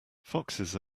foxes